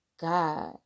God